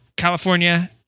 California